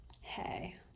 Hey